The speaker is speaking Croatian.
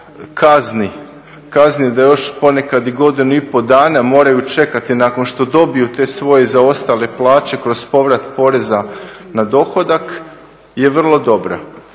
kazni, da još ponekad i godinu i pol dana moraju čekati nakon što dobiju te svoje zaostale plaće kroz povrat poreza na dohodak je vrlo dobra.